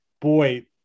boy